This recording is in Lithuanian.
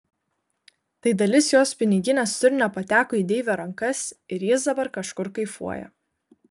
tai dalis jos piniginės turinio pateko į deivio rankas ir jis dabar kažkur kaifuoja